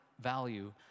value